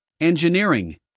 Engineering